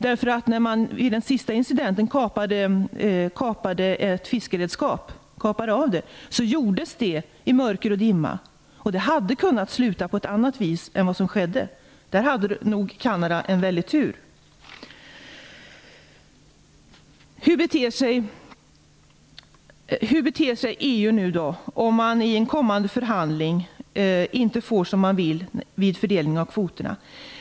När man i den sista incidenten kapade av ett fiskeredskap gjordes det i mörker och dimma. Det hade kunnat sluta på ett annat vis än vad som skedde. Där hade nog Kanada en stor tur. Hur kommer nu EU att bete sig om man i en kommande förhandling inte får som man vill vid fördelningen av kvoterna?